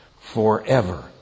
forever